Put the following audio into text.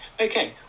Okay